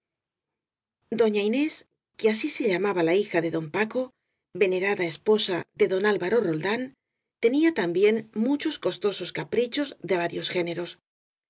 doña inés que así se llamaba la hija de don paco venerada esposa de don alvaro roldán tenía también muchos costosos caprichos de varios géneros